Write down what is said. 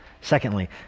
secondly